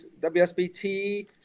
WSBT